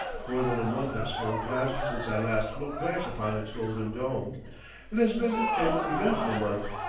more than a month has flown past since i last looked back upon its golden dome it has been an eventful month.